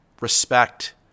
respect